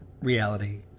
reality